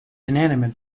inanimate